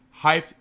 hyped